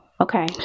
Okay